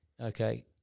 Okay